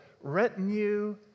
retinue